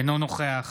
אינו נוכח